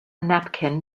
napkin